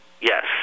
Yes